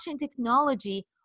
technology